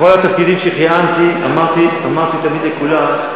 בכל התפקידים שכיהנתי אמרתי תמיד לכולם: